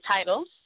titles